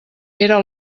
era